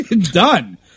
Done